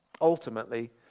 ultimately